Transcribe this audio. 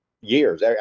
years